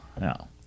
No